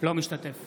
אינו משתתף